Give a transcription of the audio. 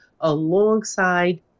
alongside